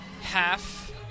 half